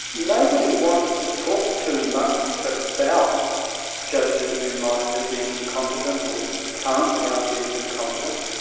nobody wants to talk too much about judges who might have been incompetent or currently are being incompetent,